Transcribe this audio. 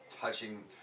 touching